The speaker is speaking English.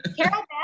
Carol